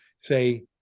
say